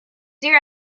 your